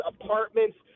apartments